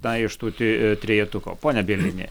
na iš tų te trejetuko pone bielini